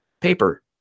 paper